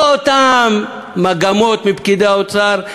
לא אותן מגמות מפקידי האוצר,